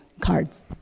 cards